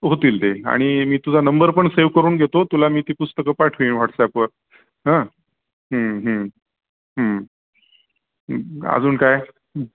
होतील ते आणि मी तुझा नंबर पण सेव करून घेतो तुला मी ती पुस्तकं पाठवेन व्हॉट्सॲपवर हां अजून काय